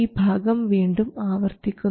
ഈ ഭാഗം വീണ്ടും ആവർത്തിക്കുന്നു